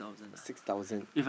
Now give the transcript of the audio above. six thousand